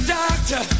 doctor